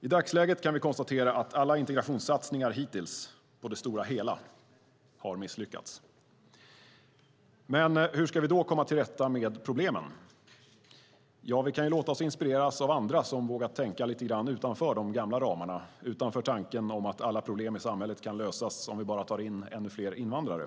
I dagsläget kan vi konstatera att alla integrationssatsningar hittills på det stora hela har misslyckats. Hur ska vi då komma till rätta med problemen? Ja, vi kan låta oss inspireras av andra som vågat tänka lite grann utanför de gamla ramarna, som vågat gå utanför tanken om att alla problem i samhället kan lösas om vi bara tar in ännu fler invandrare.